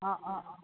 অঁ অঁ অঁ